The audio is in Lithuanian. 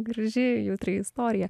graži jautri istorija